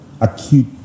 acute